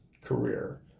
career